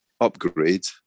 upgrade